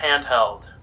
handheld